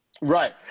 Right